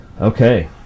Okay